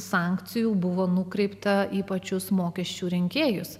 sankcijų buvo nukreipta į pačius mokesčių rinkėjus